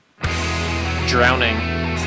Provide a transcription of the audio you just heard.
drowning